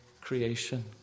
creation